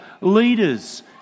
leaders